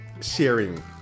sharing